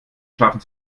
schafften